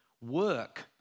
work